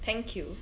thank you